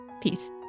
Peace